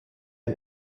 ein